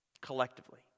collectively